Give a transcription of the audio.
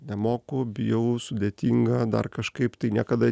nemoku bijau sudėtinga dar kažkaip tai niekada